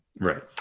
right